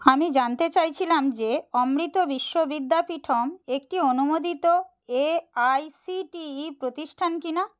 আমি জানতে চাইছিলাম যে অমৃত বিশ্ব বিদ্যাপীঠম একটি অনুমোদিত A I C T E প্রতিষ্ঠান কি না